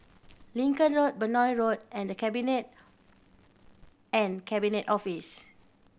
Lincoln Road Benoi Road and The Cabinet and Cabinet Office